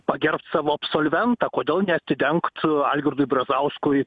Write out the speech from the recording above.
pagerbt savo absolventą kodėl neatidengt algirdui brazauskui